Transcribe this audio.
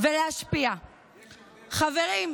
חברת